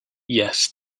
yes